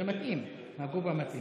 הודיה מונסונגו.